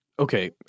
Okay